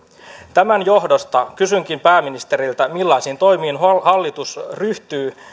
tämän johdosta kysynkin pääministeriltä millaisiin toimiin hallitus ryhtyy